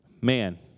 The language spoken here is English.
Man